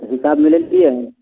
हिसाब मिलबतियै